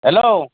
hello